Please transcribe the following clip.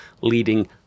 leading